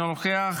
אינו נוכח,